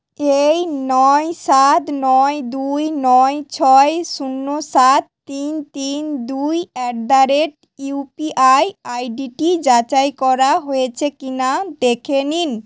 এই নয় সাত নয় দুই নয় ছয় শূন্য সাত তিন তিন দুই অ্যাট দ্য রেট ইউপিআই আইডিটি যাচাই করা হয়েছে কিনা দেখে নিন